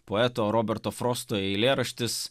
poeto roberto frosto eilėraštis